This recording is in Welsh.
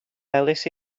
melys